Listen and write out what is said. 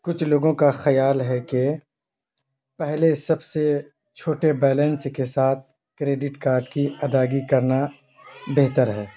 کچھ لوگوں کا خیال ہے کہ پہلے سب سے چھوٹے بیلنس کے ساتھ کریڈٹ کارڈ کی ادائیگی کرنا بہتر ہے